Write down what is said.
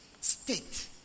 state